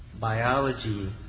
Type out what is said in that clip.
biology